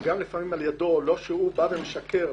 לא שהוא בא ומשקר,